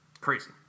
Crazy